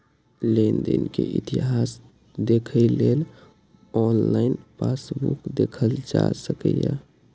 लेनदेन के इतिहास देखै लेल ऑनलाइन पासबुक देखल जा सकैए